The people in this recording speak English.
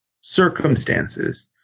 circumstances